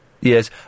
Yes